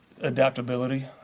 adaptability